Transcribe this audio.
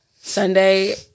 sunday